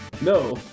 No